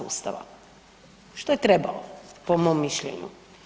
Ustava što je trebalo po mom mišljenju.